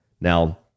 Now